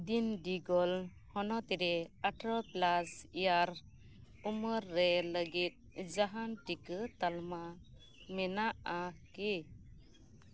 ᱫᱤᱱᱰᱤᱜᱚᱞ ᱦᱚᱱᱚᱛ ᱨᱮ ᱟᱴᱷᱨᱚ ᱯᱞᱟᱥ ᱤᱭᱟᱨ ᱩᱢᱮᱨ ᱨᱮ ᱞᱟᱹᱜᱤᱫ ᱡᱟᱦᱟᱱ ᱴᱤᱠᱟᱹ ᱛᱟᱞᱢᱟ ᱢᱮᱱᱟᱜᱼᱟ ᱠᱤ